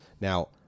Now